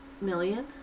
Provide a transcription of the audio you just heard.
million